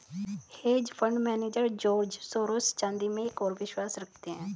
hedge fund manager George Soros चांदी में एक और विश्वास रखते हैं